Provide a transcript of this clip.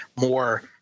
more